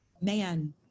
man